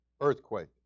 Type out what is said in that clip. earthquake